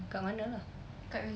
kat mana lah